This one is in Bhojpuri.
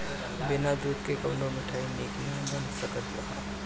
बिना दूध के कवनो मिठाई निक ना बन सकत हअ